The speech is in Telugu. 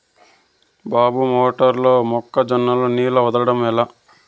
బాయి మోటారు లో మొక్క జొన్నకు నీళ్లు వదలడం ఎట్లా?